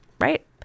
right